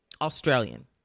Australian